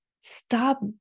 stop